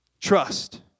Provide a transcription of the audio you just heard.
Trust